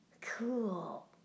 Cool